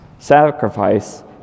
Sacrifice